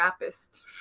rapist